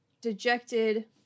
dejected